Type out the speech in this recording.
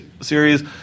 series